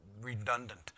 redundant